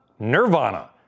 nirvana